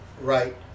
right-